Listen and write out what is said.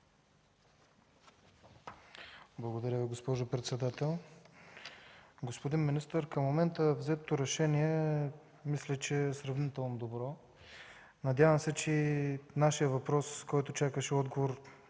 Благодаря Ви, госпожо председател. Господин министър, към момента взетото решение мисля, че е сравнително добро. Надявам се, че нашият въпрос, който чакаше отговор